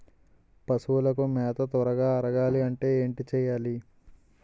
పశువులకు మేత త్వరగా అరగాలి అంటే ఏంటి చేయాలి?